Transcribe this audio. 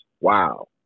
Wow